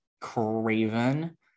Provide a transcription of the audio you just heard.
craven